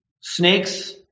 snakes